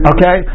Okay